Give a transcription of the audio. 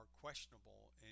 questionable